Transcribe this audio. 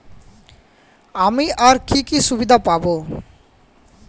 আমি আর কি কি সুবিধা পাব?